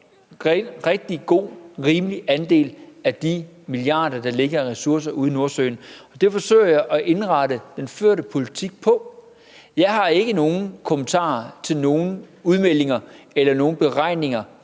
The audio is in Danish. rigtig god og rimelig andel af de milliarder af ressourcer, der ligger ude i Nordsøen. Det forsøger jeg at indrette den førte politik efter. Jeg har ikke nogen kommentarer til nogen udmeldinger eller nogen beregninger